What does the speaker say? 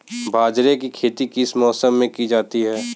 बाजरे की खेती किस मौसम में की जाती है?